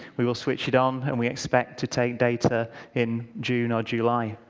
we will switch it on, and we expect to take data in june or july,